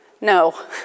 No